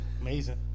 Amazing